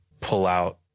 pullout